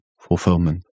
fulfillment